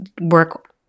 work